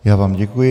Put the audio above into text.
Já vám děkuji.